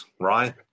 right